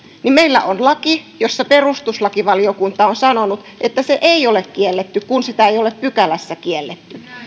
meillä on laki josta perustuslakivaliokunta on sanonut että se ei ole kielletty kun sitä ei ole pykälässä